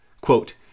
quote